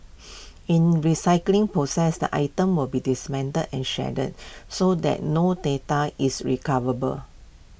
in recycling process the items will be dismantled and shredded so that no data is recoverable